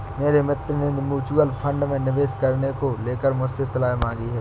मेरे मित्र ने म्यूच्यूअल फंड में निवेश करने को लेकर मुझसे सलाह मांगी है